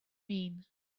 mean